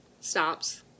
stops